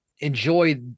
enjoy